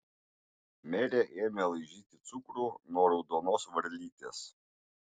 merė ėmė laižyti cukrų nuo raudonos varlytės